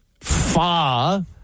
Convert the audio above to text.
far